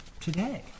today